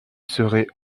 serait